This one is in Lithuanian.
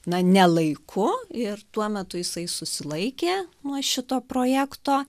na ne laiku ir tuo metu jisai susilaikė nuo šito projekto